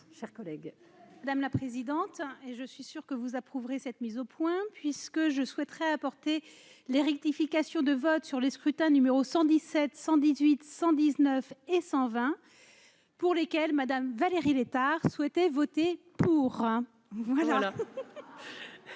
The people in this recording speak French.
madame la présidente, et je suis sûr que vous approuvez cette mise au point puisque je souhaiterai apporter les rectifications de vote sur les scrutins numéro 117 118 119 et 120 pour lesquels Madame Valérie Létard souhaitaient voter pour un